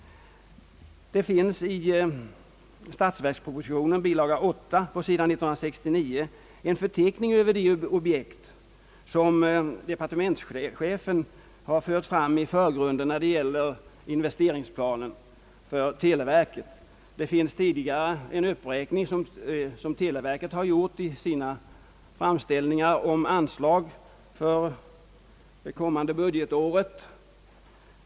Det finns i statsverkspropositionen, bil. 8 på s. 169, en förteckning över de objekt som departementschefen har fört fram i förgrunden när det gäller investeringsplanen för televerket. Det finns tidigare en uppräkning som televerket har gjort i sina framställningar om anslag för det kommande budgetåret.